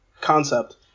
concept